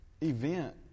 event